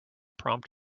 prompt